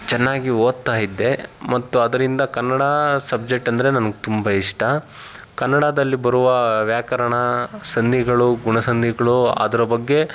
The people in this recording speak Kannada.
ಚೆನ್ನಾಗಿ ಓದ್ತಾಯಿದ್ದೆ ಮತ್ತು ಅದರಿಂದ ಕನ್ನಡ ಸಬ್ಜೆಕ್ಟ್ ಅಂದರೆ ನನ್ಗೆ ತುಂಬ ಇಷ್ಟ ಕನ್ನಡದಲ್ಲಿ ಬರುವ ವ್ಯಾಕರಣ ಸಂಧಿಗಳು ಗುಣಸಂಧಿಗಳು ಅದರ ಬಗ್ಗೆ